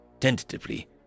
Tentatively